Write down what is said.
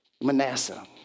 Manasseh